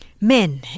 men